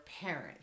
parent